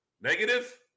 Negative